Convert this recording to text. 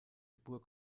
burg